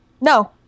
No